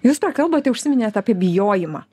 jūs prakalbote užsiminėt apie bijojimą